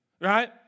Right